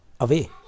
away